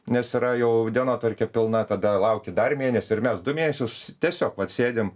nes yra jau dienotvarkė pilna tada lauki dar mėnesį ir mes du mėnesius tiesiog vat pasėdim